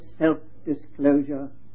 self-disclosure